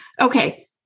Okay